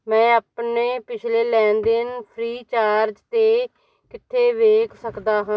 ਮੈਂ ਆਪਣੇ ਪਿਛਲੇ ਲੈਣ ਦੇਣ ਫ੍ਰੀਚਾਰਜ 'ਤੇ ਕਿੱਥੇ ਵੇਖ ਸਕਦਾ ਹਾਂ